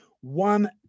one